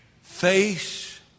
Face